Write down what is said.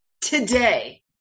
today